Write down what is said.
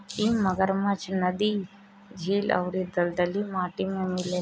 इ मगरमच्छ नदी, झील अउरी दलदली माटी में मिलेला